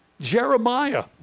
Jeremiah